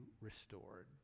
restored